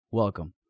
welcome